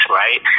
right